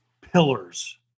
pillars